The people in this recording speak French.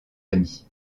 amis